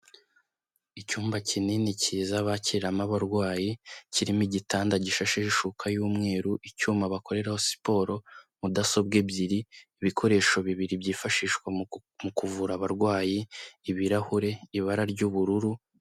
Icyumba kinini cyiza bakiriramo abarwayi kirimo igitanda gishasheho ishuka y'umweru icyuma bakorera siporo, mudasobwa ebyiri, ibikoresho bibiri byifashishwa mu kuvura abarwayi, ibirahure, ibara ry'ubururu.